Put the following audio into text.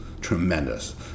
tremendous